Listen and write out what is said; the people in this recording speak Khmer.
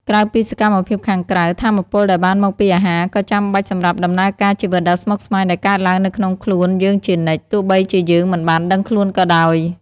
ក្រៅពីសកម្មភាពខាងក្រៅ ថាមពលដែលបានមកពីអាហារក៏ចាំបាច់សម្រាប់ដំណើរការជីវិតដ៏ស្មុគស្មាញដែលកើតឡើងនៅក្នុងខ្លួនយើងជានិច្ច ទោះបីជាយើងមិនបានដឹងខ្លួនក៏ដោយ។